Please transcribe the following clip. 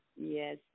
Yes